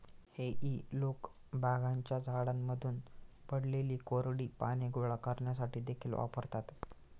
हेई लोक बागांच्या झाडांमधून पडलेली कोरडी पाने गोळा करण्यासाठी देखील वापरतात